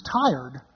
tired